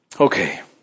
Okay